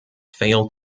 failed